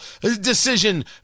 decision